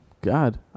God